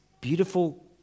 beautiful